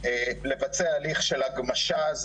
לבצע הליך של הגמשה,